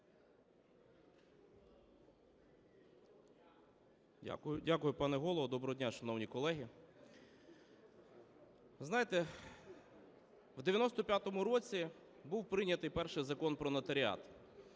Дякую, пане Голово. Доброго дня, шановні колеги! Знаєте, в 95-му році був прийнятий перший Закон "Про нотаріат",